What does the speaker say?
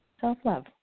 Self-love